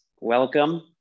welcome